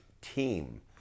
team